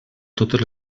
totes